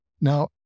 Now